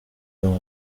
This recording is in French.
dans